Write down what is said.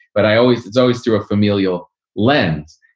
but i always it's always through a familial lens.